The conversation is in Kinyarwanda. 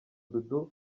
dudu